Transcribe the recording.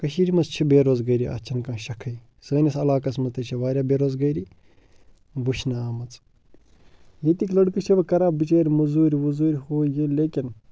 کٔشیٖرِ منٛز چھِ بے روزگٲری اَتھ چھَنہٕ کانٛہہ شَخٕے سٲنِس علاقَس مہٕ تہِ چھِ واریاہ بے روزگٲری وٕچھنہٕ آمٕژ ییٚتِکۍ لٔڑکہٕ چھِ وٕ کَران بِچٲرۍ مٔزوٗرۍ ؤزوٗرۍ ہُہ یہِ لیکِن